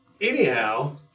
anyhow